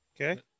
Okay